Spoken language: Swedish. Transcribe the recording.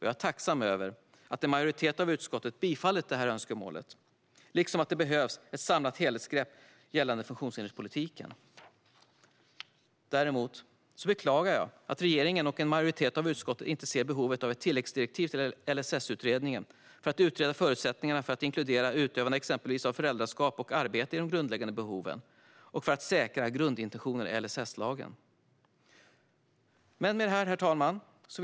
Jag är tacksam över att en majoritet av utskottet ställer sig bakom detta önskemål liksom att det behövs ett samlat helhetsgrepp gällande funktionshinderspolitiken. Jag beklagar dock att regeringen och en majoritet av utskottet inte ser behovet av tilläggsdirektiv till LSS-utredningen för att utreda förutsättningarna för att inkludera utövande av föräldraskap och arbete i de grundläggande behoven och för att säkra grundintentionen i LSS. Herr talman!